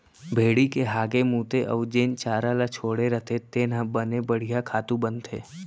भेड़ी के हागे मूते अउ जेन चारा ल छोड़े रथें तेन ह बने बड़िहा खातू बनथे